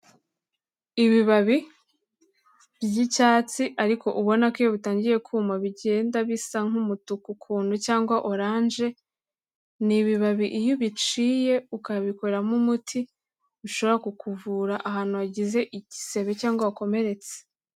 Ibibabi ry'icyatsi ariko ubona ko iyo utangiye kuma bigenda bisa nk'umutuku ukuntu cyangwa orange, ni ibibabi iyo ubiciye ukabikoramo umuti bishobora kukuvura ahantu hagize igisebe cyangwa wakomeretse.